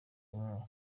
umwe